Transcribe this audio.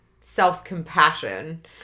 self-compassion